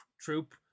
troop